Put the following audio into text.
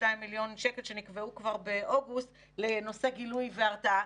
מיליון שקלים שנקבעו כבר באוגוסט לנושא גילוי והרתעה,